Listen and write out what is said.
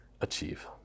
achieve